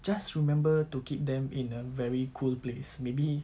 just remember to keep them in a very cool place maybe